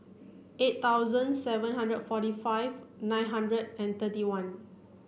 eight thousand seven hundred and forty five nine hundred and thirty one